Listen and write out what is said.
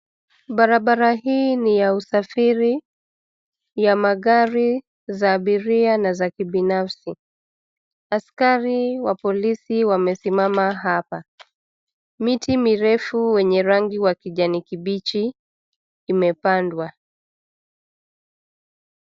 Barabara hii ni ya usafiri ya magari za abiria na za kibinafsi. Askari wa polisi wamesimama hapa. Miti mirefu wenye rangi wa kijani kibichi imepandwa.